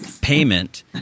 payment